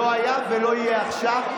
לא היה ולא יהיה עכשיו.